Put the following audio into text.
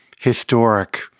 historic